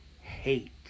Hate